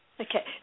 Okay